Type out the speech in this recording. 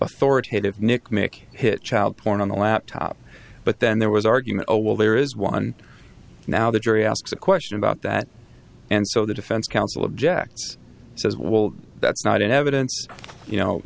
authoritative nick nick hit child porn on the laptop but then there was argument oh well there is one now the jury asks a question about that and so the defense counsel objects says well that's not in evidence you know